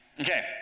Okay